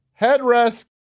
Headrest